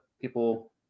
people